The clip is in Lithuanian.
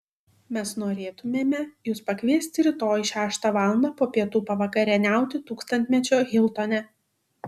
mes norėtumėme jus pakviesti rytoj šeštą valandą po pietų pavakarieniauti tūkstantmečio hiltone